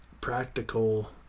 practical